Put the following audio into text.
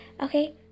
Okay